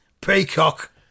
Peacock